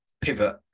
pivot